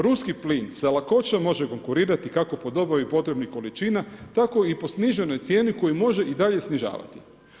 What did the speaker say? Ruski plin sa lakoćom može konkurirati kako po dobavi potrebnih količina, tako i po sniženoj cijeni koju može i dalje snižavati.